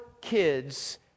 kid's